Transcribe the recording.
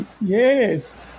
Yes